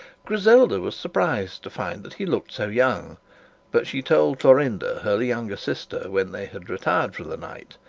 griselda was surprised to find that he looked so young but she told florinda her younger sister, when they had retired for the night,